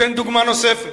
אתן דוגמה נוספת: